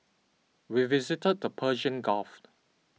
we visited the Persian